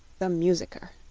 the musicker